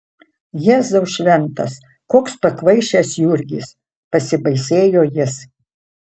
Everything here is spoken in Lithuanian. jėzau šventas koks pakvaišęs jurgis pasibaisėjo jis